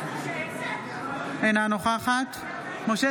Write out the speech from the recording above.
אינה נוכחת משה